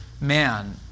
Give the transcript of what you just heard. man